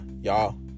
y'all